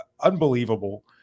unbelievable